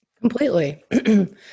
Completely